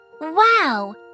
Wow